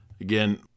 Again